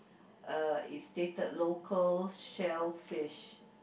uh it's stated local shellfish